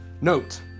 note